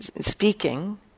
speaking